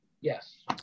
Yes